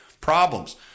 problems